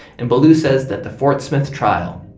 and belew says that the fort smith trial,